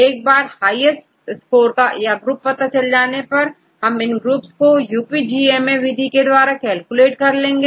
एक बार highest score या ग्रुप पता चलने पर हम इन ग्रुप्स कोUPGMA विधि के द्वारा कैलकुलेट कर लेंगे